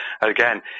again